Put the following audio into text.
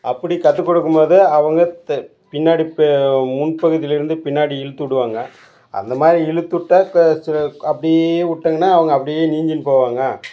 அப்படி கற்றுக் கொடுக்கும் போது அவங்க த பின்னாடி இப்போ முன் பகுதியிலருந்து பின்னாடி இழுத்து விடுவாங்க அந்த மாதிரி இழுத்து விட்டா சில அப்படியே விட்டீங்கனா அவங்க அப்படியே நீந்தின்னு போவாங்க